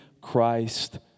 Christ